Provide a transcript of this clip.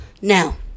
Now